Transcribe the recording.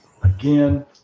Again